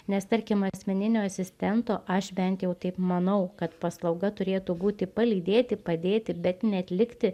nes tarkim asmeninio asistento aš bent jau taip manau kad paslauga turėtų būti palydėti padėti bet ne atlikti